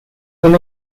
son